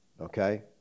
Okay